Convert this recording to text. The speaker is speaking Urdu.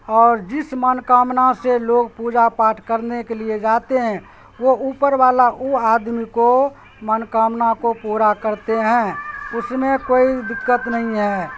اور جس من کامنا سے لوگ پوجا پاٹھ کرنے کے لیے جاتے ہیں وہ اوپر والا وہ آدمی کو من کامنا کو پورا کرتے ہیں اس میں کوئی دقت نہیں ہے